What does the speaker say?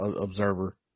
observer